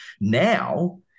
Now